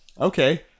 okay